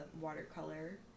watercolor